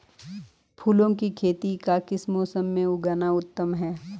फूलों की खेती का किस मौसम में उगना उत्तम है?